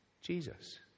Jesus